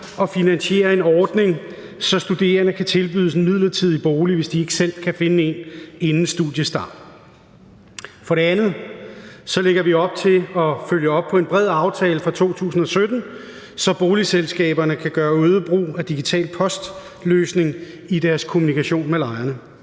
og finansiere en ordning, så studerende kan tilbydes en midlertidig bolig, hvis de ikke selv kan finde en inden studiestart. For det andet lægger vi op til at følge op på en bred aftale fra 2017, så boligselskaberne kan gøre øget brug af digital post-løsningen i deres kommunikation med lejerne.